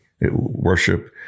worship